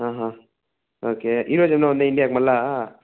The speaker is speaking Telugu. ఓకే ఈరోజు ఏమన్నా ఉందా ఇండియాకి మల్లా